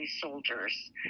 soldiers